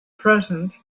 present